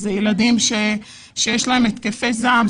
אלה ילדים שיש להם התקפי זעם.